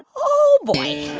oh, boy